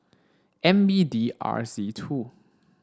N B D R Z two